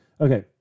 okay